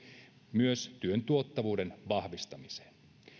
myös työn tuottavuuden vahvistamiseen